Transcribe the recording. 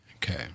Okay